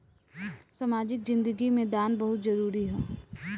सामाजिक जिंदगी में दान बहुत जरूरी ह